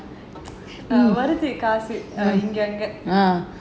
வருது காசு இங்க அங்க:varuthu kaasu inga anga